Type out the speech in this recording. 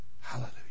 Hallelujah